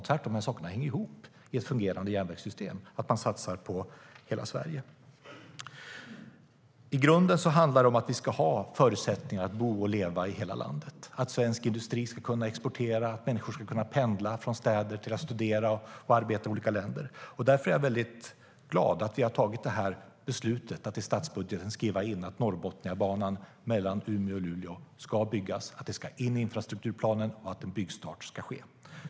Tvärtom hänger de här sakerna ihop - att man satsar på hela Sverige och har ett fungerande järnvägssystem.I grunden handlar det om att vi ska ha förutsättningar att bo och leva i hela landet, att svensk industri ska kunna exportera och att människor ska kunna pendla från städer för att studera och arbeta i olika länder. Därför är jag väldigt glad att vi har tagit detta beslut att i statsbudgeten skriva in att Norrbotniabanan mellan Umeå och Luleå ska byggas, att det ska in i infrastrukturplanen och att en byggstart ska ske.